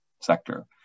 sector